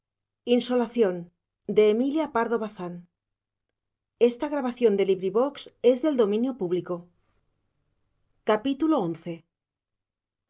amorosa emilia pardo bazán